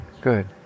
Good